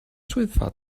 swyddfa